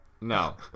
No